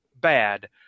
bad